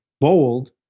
bold